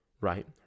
Right